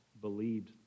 believed